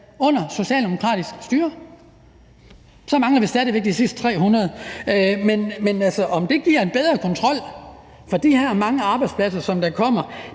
under et socialdemokratisk styre. Så mangler vi stadig væk de sidste 300. Men til det om, at det giver en bedre kontrol med de her mange arbejdspladser, som der kommer,